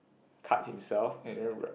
cut himself and then wrap